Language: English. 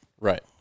Right